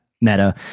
meta